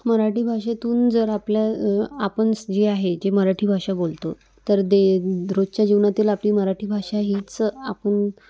मराठी भाषेतून जर आपल्या आपणास जे आहे जे मराठी भाषा बोलतो तर दे रोजच्या जीवनातील आपली मराठी भाषा हीच आपण